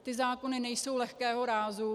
Ty zákony nejsou lehkého rázu.